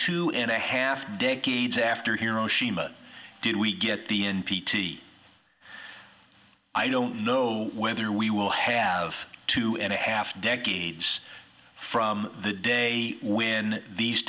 two and a half decades after hiroshima did we get the n p t i don't know whether we will have two and a half decades from the day when these